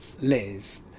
Liz